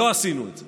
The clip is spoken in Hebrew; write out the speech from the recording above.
לא עשינו את זה.